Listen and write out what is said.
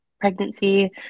pregnancy